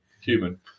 human